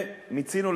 ומיצינו,